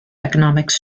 economics